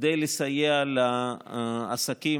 כדי לסייע לעסקים,